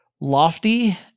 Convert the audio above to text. lofty